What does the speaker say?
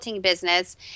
business